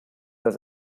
das